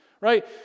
right